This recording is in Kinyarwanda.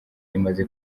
imaze